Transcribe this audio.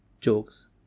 jokes